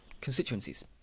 constituencies